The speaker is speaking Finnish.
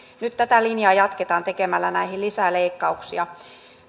nyt tätä linjaa jatketaan tekemällä näihin lisäleikkauksia